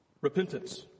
Repentance